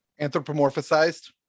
Anthropomorphized